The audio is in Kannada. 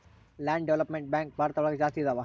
ಲ್ಯಾಂಡ್ ಡೆವಲಪ್ಮೆಂಟ್ ಬ್ಯಾಂಕ್ ಭಾರತ ಒಳಗ ಜಾಸ್ತಿ ಇದಾವ